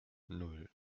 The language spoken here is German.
nan